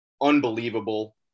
unbelievable